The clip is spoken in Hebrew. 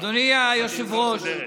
אדוני היושב-ראש,